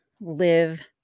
live